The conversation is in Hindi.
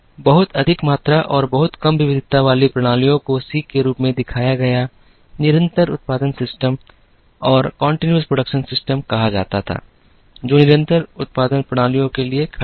बहुत अधिक मात्रा और बहुत कम विविधता वाली प्रणालियों को C के रूप में दिखाया गया निरंतर उत्पादन सिस्टम कहा जाता था जो निरंतर उत्पादन प्रणालियों के लिए खड़ा है